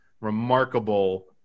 remarkable